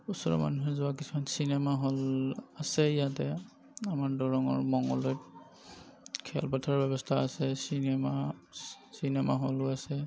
ওচৰৰ মানুহে যোৱা কিছুমান চিনেমা হল আছে ইয়াতে আমাৰ দৰঙৰ মংগলদৈত খেল পথাৰৰ ব্যৱস্থা আছে চিনেমা চিনেমা হলো আছে